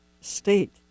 state